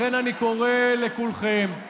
לכן אני קורא לכולכם,